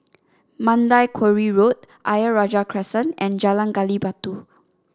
Mandai Quarry Road Ayer Rajah Crescent and Jalan Gali Batu